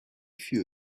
few